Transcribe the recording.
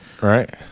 right